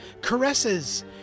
caresses